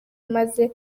maze